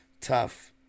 Tough